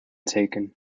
taken